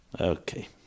Okay